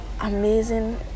amazing